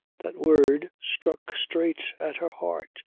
that word struck straight at her heart.